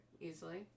easily